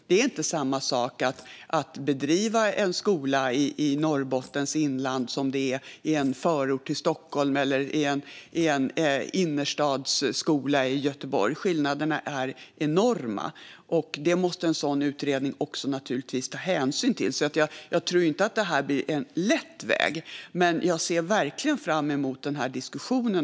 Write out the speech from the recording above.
Det är inte samma sak att bedriva skola i Norrbottens inland som i en förort till Stockholm eller i Göteborgs innerstad. Skillnaderna är enorma, och det måste en sådan utredning också naturligtvis ta hänsyn till. Jag tror inte att det här blir en lätt väg, men jag ser verkligen fram emot diskussionen.